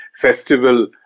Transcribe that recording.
festival